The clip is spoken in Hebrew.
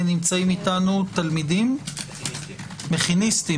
ברוכים הבאים - חברי מכינת תלם